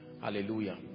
Hallelujah